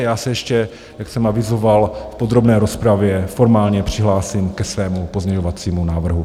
Já se ještě, jak jsem avizoval v podrobné rozpravě, formálně přihlásím ke svému pozměňovacímu návrhu.